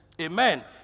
Amen